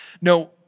No